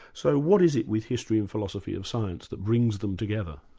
so what is it with history and philosophy of science that brings them together?